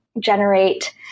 generate